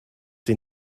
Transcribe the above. sie